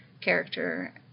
character